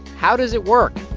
how does it work?